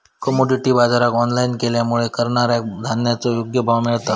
commodity बाजराक online केल्यामुळे करणाऱ्याक धान्याचो योग्य भाव मिळता